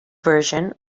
version